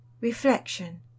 Reflection